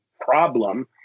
problem